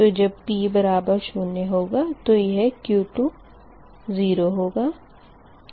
तो जब p बराबर शून्य होगा तो यह Q20 होगा